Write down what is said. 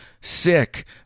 sick